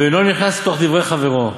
ואינו נכנס לתוך דברי חברו,